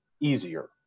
easier